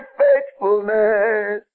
faithfulness